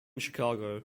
chicago